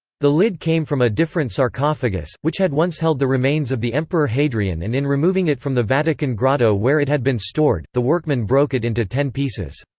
the lid came from a different sarcophagus, which had once held the remains of the emperor hadrian and in removing it from the vatican grotto where it had been stored, the workmen broke it into ten pieces.